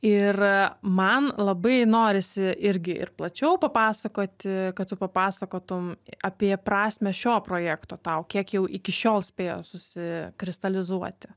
ir man labai norisi irgi ir plačiau papasakoti kad tu papasakotum apie prasmę šio projekto tau kiek jau iki šiol spėjo susikristalizuoti